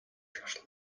just